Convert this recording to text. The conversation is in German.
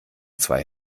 zwei